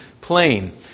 plain